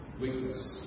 weakness